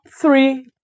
three